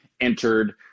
entered